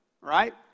Right